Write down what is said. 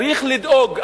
צריך לדאוג,